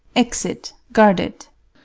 exit, guarded